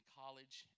college